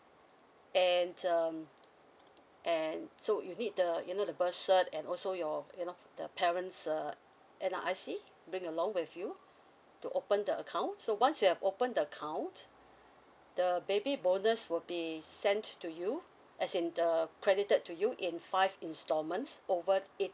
and um and so you need the you know the birth cert and also your you know the parents err N_R_I_C bring along with you to open the account so once you have opened the account the baby bonus would be sent to you as in the credited to you in five installment over